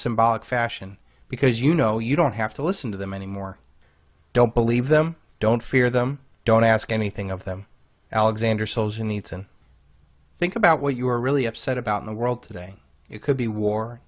symbolic fashion because you know you don't have to listen to them anymore don't believe them don't fear them don't ask anything of them alexander solzhenitsyn think about what you are really upset about in the world today it could be war